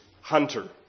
hunter